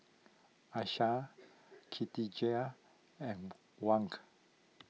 Aishah Katijah and Wank